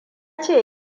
ce